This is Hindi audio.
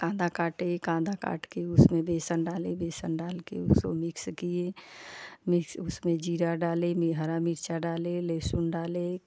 आधा काटे कांदा काट के उसमे बेसन डाले बेसन डाल के उसको मिक्स किये मिक्स उसमें जीरा डाले मि हारा मिर्चा डाले लहसुन डाले